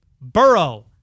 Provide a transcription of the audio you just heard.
Burrow